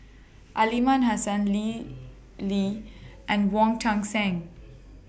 Aliman Hassan Lim Lee and Wong Tuang Seng